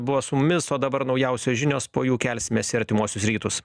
buvo su mumis o dabar naujausios žinios po jų kelsimės į artimuosius rytus